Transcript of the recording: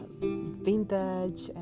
vintage